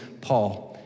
Paul